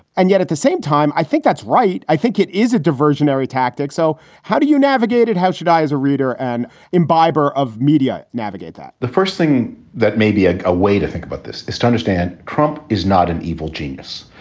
and yet at the same time, i think that's right. i think it is a diversionary tactic. so how do you navigate it? how should i, as a reader and imbibers of media, navigate that? the first thing that may be ah a way to think about this is to understand trump is not an evil genius.